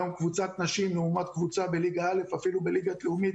היום קבוצת נשים לעומת קבוצה בליגה א' ואפילו בליגה לאומית,